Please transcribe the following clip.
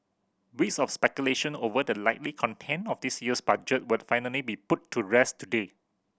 weeks of speculation over the likely content of this year's Budget will finally be put to rest today